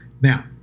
Now